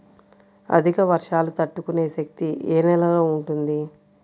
అధిక వర్షాలు తట్టుకునే శక్తి ఏ నేలలో ఉంటుంది?